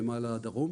נמל הדרום.